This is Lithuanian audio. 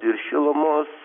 ir šilumos